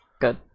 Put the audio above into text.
Good